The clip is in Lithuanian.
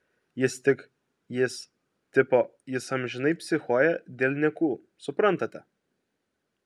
jis tik jis tipo jis amžinai psichuoja dėl niekų suprantate